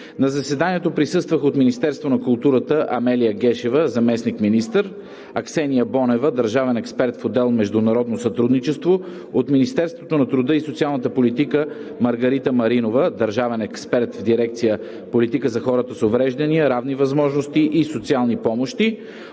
На заседанието присъстваха от Министерството на културата: Амелия Гешева – заместник-министър, Аксения Бонева – държавен експерт в отдел „Международно сътрудничество“; от Министерството на труда и социалната политика: Маргарита Маринова – държавен експерт в дирекция „Политика за хората с увреждания, равни възможности и социални помощи“;